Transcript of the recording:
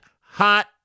hot